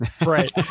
Right